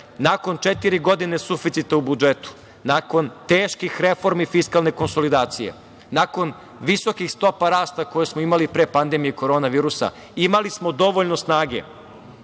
nakon četiri godine suficita u budžetu, nakon teških reformi fiskalne konsolidacije, nakon visokih stopa rasta koje smo imali pre pandemije korona virusa, imali smo dovoljno snage,